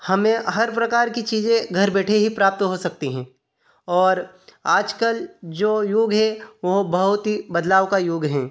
हमें हर प्रकार की चीज़ें घर बैठे ही प्राप्त हो सकती हैं और आजकल जो योग है वो बहुत ही बदलाव का योग है